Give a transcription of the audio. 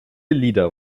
lieder